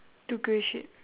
the grey sheep